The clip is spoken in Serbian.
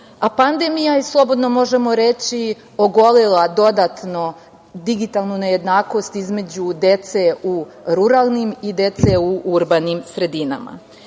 kuće. Pandemija je, slobodno možemo reći, ogolila dodatno digitalnu nejednakost između dece u ruralnim i dece u urbanim sredinama. Prema